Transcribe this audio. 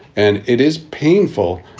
and it is painful.